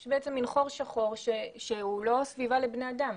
יש בעצם חור שחור שהוא לא סביבה לבני אדם.